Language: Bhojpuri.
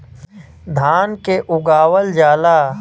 धान के उगावल जाला